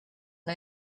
and